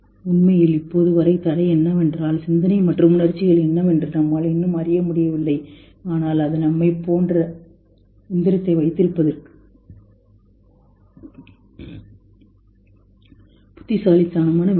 உண்மையில் இப்போது வரை தடை என்னவென்றால் சிந்தனை மற்றும் உணர்ச்சிகள் என்னவென்று நம்மால் இன்னும் அறிய முடியவில்லை ஆனால் அது நம்மைப் போன்ற எந்திரத்தை வைத்திருப்பது புத்திசாலித்தனமான விஷயம்